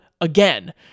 again